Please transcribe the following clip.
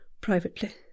privately